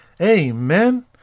Amen